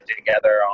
together